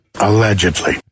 Allegedly